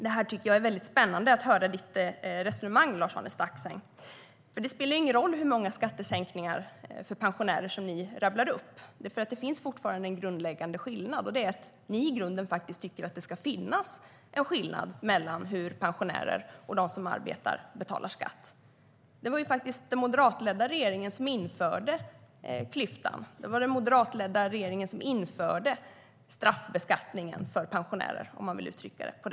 Det är spännande att höra Lars-Arne Staxängs resonemang. Det spelar ingen roll hur många skattesänkningar för pensionärer som ni rabblar upp eftersom det fortfarande finns en grundläggande skillnad, nämligen att ni tycker att det ska finnas en skillnad mellan hur mycket pensionärer och de som arbetar ska betala i skatt. Det var den moderatledda regeringen som införde klyftan. Det var den moderatledda regeringen som införde straffbeskattningen för pensionärer - om man vill uttrycka det så.